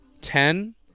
Ten